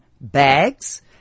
bags